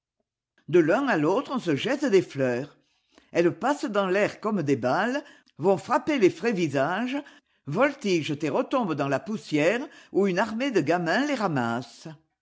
de l'un à l'autre on se jette des fleurs elles passent dans l'air comme des balles vont frapper les frais visages voltigent et retombent dans la poussière où une armée de gamins les ramasse